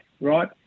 right